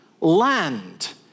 land